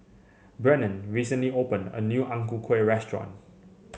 Brennen recently opened a new Ang Ku Kueh restaurant